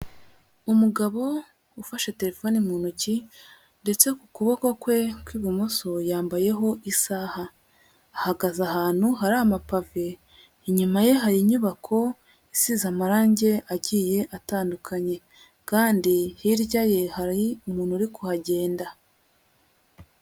Umugabo ufashe telefone mu ntoki ndetse ku kuboko kwe kw'ibumoso yambayeho isaha, ahagaze ahantu hari amapave, inyuma ye hari inyubako isize amarange agiye atandukanye kandi hirya ye hari umuntu uri kuhagenda.